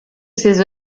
ses